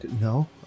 no